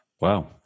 Wow